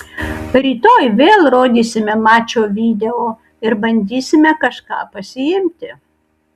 rytoj vėl rodysime mačo video ir bandysime kažką pasiimti